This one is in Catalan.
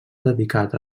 dedicat